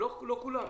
לא אצל כולם,